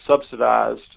subsidized